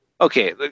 Okay